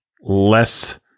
less